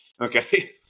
okay